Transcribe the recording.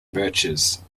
birches